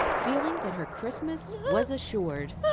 feeling that her christmas was assured.